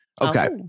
Okay